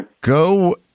go